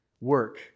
work